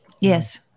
yes